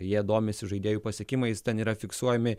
jie domisi žaidėjų pasiekimais ten yra fiksuojami